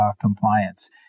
compliance